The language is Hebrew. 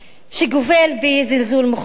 שגובל בזלזול מוחלט.